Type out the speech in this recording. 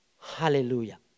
Hallelujah